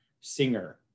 Singer